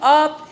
up